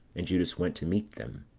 and judas went to meet them.